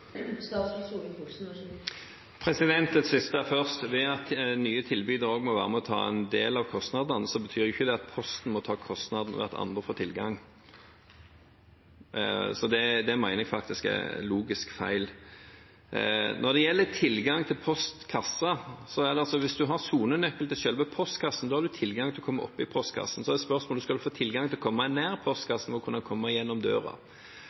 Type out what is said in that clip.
Det siste først: Det at nye tilbydere også må være med og ta en del av kostnadene, betyr ikke at Posten må ta kostnaden ved at andre får tilgang. Det mener jeg faktisk er logisk feil. Når det gjelder tilgang til postkasser: Hvis en har sonenøkkel til selve postkassen, har en tilgang til å komme oppi postkassen. Så er spørsmålet: Skal en få tilgang til å komme nær postkassen ved å komme gjennom